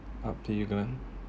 up to you glen